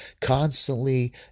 constantly